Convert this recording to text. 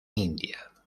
india